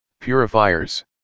purifiers